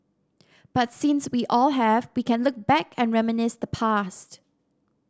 but since we all have we can look back and reminisce the past